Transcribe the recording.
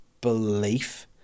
belief